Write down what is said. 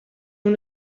una